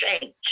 change